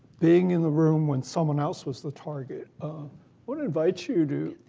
being in the room when someone else was the target want to invite you to,